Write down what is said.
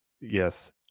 Yes